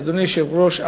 אדוני היושב-ראש,